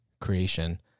creation